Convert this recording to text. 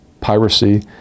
piracy